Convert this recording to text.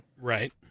Right